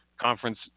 conference